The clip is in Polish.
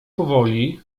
powoli